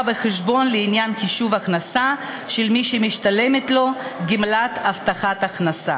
בחשבון לעניין חישוב הכנסה של מי שמשתלמת לו גמלת הבטחת הכנסה.